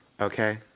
okay